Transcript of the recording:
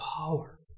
power